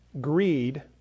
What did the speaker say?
greed